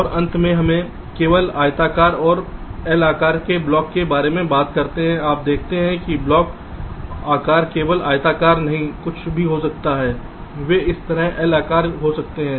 और अंत में हमें केवल आयताकार और एल आकार के ब्लॉक के बारे में बात करते हैं आप देखते हैं कि ब्लॉक आकार केवल आयताकार नहीं कुछ भी हो सकता है वे इस तरह एल आकार हो सकते हैं